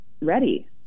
ready